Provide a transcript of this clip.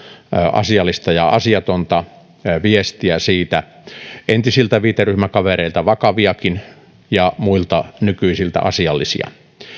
asiallista ja asiatonta viestiä siitä entisiltä viiteryhmäkavereilta vakaviakin ja muilta nykyisiltä asiallisia